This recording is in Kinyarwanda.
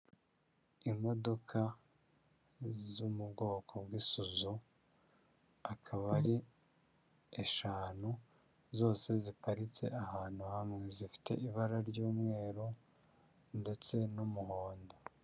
Imodoka zo mu bwoko bw'isuzu akaba ari eshanu zose ziparitse ahantu hamwe zifite ibara ry'umweru ndetse n'umuhondo.